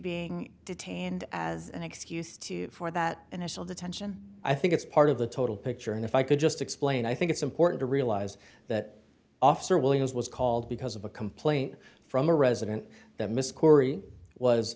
being detained as an excuse to for that and i still detention i think it's part of the total picture and if i could just explain i think it's important to realize that officer williams was called because of a complaint from a resident that miss corey was